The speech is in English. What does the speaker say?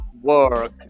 work